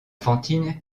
fantine